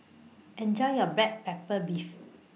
Enjoy your Black Pepper Beef